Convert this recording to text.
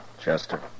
Chester